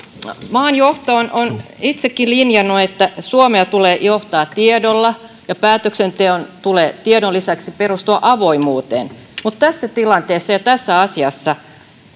maan johto on on itsekin linjannut että suomea tulee johtaa tiedolla ja päätöksenteon tulee tiedon lisäksi perustua avoimuuteen mutta tässä tilanteessa ja tässä asiassa